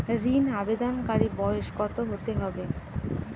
ঋন আবেদনকারী বয়স কত হতে হবে?